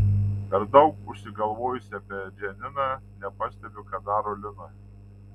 per daug užsigalvojusi apie džaniną nepastebiu ką daro lina